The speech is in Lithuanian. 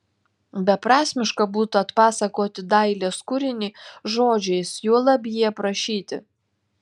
beprasmiška būtų atpasakoti dailės kūrinį žodžiais juolab jį aprašyti